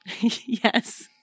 Yes